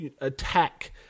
attack